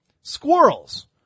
Squirrels